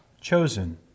chosen